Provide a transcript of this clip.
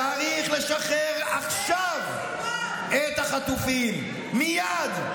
צריך לשחרר עכשיו את החטופים, מייד,